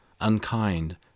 unkind